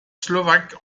slovaque